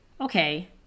okay